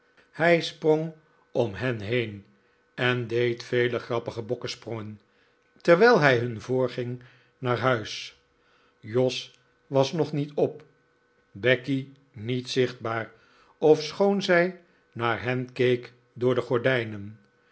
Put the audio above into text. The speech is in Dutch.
hij sprong om hen hefen en deed vele grappige bokkesprongen terwijl hij hun voorging naar huis jos was nog niet op becky niet zichtbaar ofschoon zij naar hen keek door de gordijnen